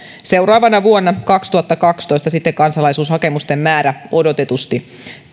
seuraavana vuonna kaksituhattakaksitoista sitten kansalaisuushakemusten määrä odotetusti